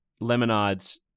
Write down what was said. Lemonades